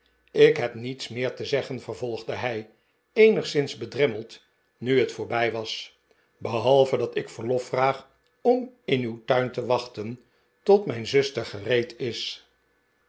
ik heb niets meer te zeggen vervolgde hij eenigszins bedremmeld nu het voorbij was behalve dat ik verlof vraag om in uw tuin te wachten tot mijn zuster gereed is